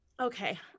okay